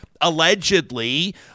allegedly